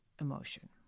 emotion